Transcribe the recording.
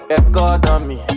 economy